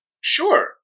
Sure